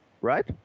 right